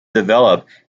developed